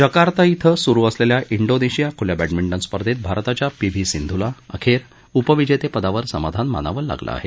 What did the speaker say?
Jakarta धिं सुरू असलेल्या धिंनेशिया खुल्या बद्धभिंज स्पर्धेत भारताच्या पी व्ही सिंधूला अखेर उपविजेतेपदावर समाधान मानावं लागलं आहे